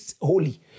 holy